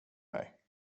mig